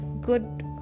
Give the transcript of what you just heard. good